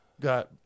got